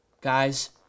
guys